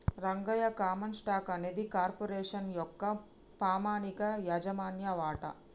Rangayya common stock అనేది corporation యొక్క పామనిక యాజమాన్య వాట